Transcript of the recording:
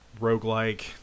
roguelike